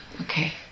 Okay